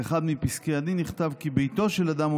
באחד מפסקי הדין נכתב כי ביתו של אדם הוא